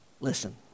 Listen